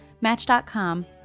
Match.com